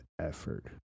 effort